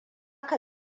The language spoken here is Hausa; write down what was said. ka